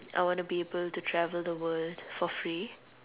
I wanna be able to travel the world for free